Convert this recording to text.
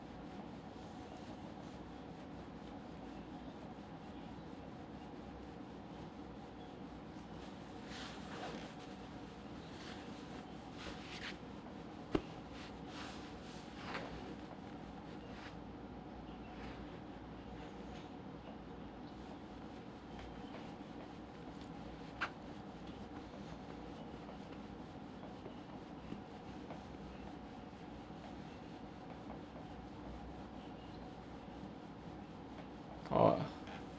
oh